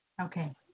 Okay